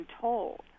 told